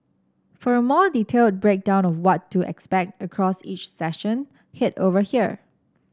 for a more detailed breakdown of what to expect across each session head over here